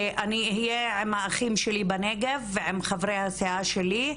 שאני אהיה עם האחים שלי בנגב ועם חברי הסיעה שלי,